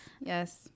yes